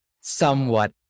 somewhat